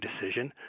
decision